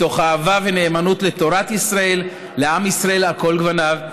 מתוך אהבה ונאמנות לתורת ישראל ולעם ישראל על כל גווניו.